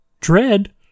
Dread